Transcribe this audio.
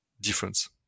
difference